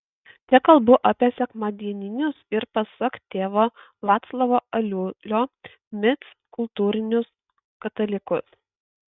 čia kalbu apie sekmadieninius ir pasak tėvo vaclovo aliulio mic kultūrinius katalikus